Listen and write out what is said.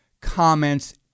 comments